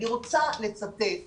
אני רוצה לצטט